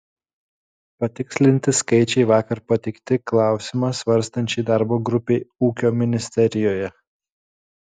patikslinti skaičiai vakar pateikti klausimą svarstančiai darbo grupei ūkio ministerijoje